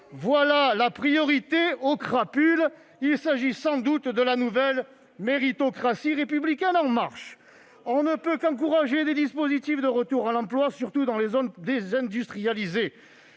voilà la priorité aux crapules ... Il s'agit là sans doute de la nouvelle méritocratie républicaine en marche ! On ne peut qu'encourager le recours aux dispositifs favorisant le retour à l'emploi, surtout dans les zones désindustrialisées.